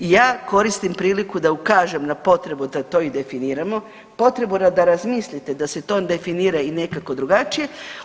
I ja koristim priliku da ukažem na potrebu da to i definiramo, potrebu da razmislite da se to definira i nekako drugačije.